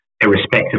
irrespective